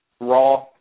Raw